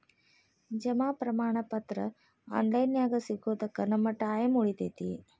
ಜಮಾ ಪ್ರಮಾಣ ಪತ್ರ ಆನ್ ಲೈನ್ ನ್ಯಾಗ ಸಿಗೊದಕ್ಕ ನಮ್ಮ ಟೈಮ್ ಉಳಿತೆತಿ